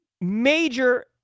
major